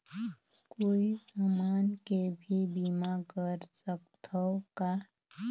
कोई समान के भी बीमा कर सकथव का?